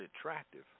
attractive